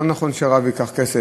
לא נכון שהרב ייקח כסף,